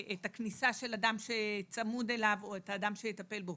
כניסה של אדם שצמוד אליו או אדם שיטפל בו,